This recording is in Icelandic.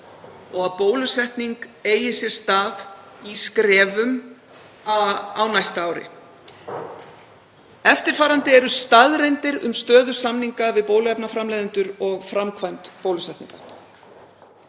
og að bólusetning eigi sér stað í skrefum á næsta ári. Eftirfarandi eru staðreyndir um stöðu samninga við bóluefnaframleiðendur og framkvæmd bólusetningar.